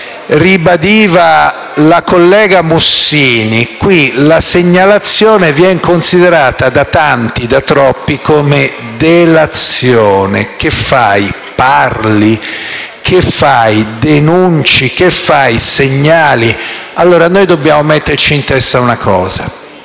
ribadiva la senatrice Mussini, qui la segnalazione viene considerato da tanti, da troppi, come delazione: che fai, parli? Che fai, denunci? Che fai, segnali? Allora, noi dobbiamo metterci in testa una cosa: